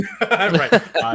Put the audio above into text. Right